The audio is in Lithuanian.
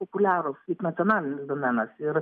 populiarūs kaip nacionalinis domenas ir